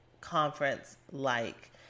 conference-like